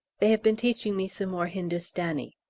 they have been teaching me some more hindustani.